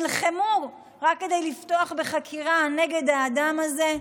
נלחמו רק כדי לפתוח בחקירה נגד האדם הזה,